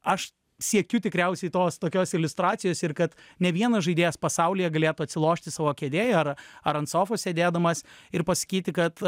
aš siekiu tikriausiai tos tokios iliustracijos ir kad ne vienas žaidėjas pasaulyje galėtų atsilošti savo kėdėj ar ar ant sofos sėdėdamas ir pasakyti kad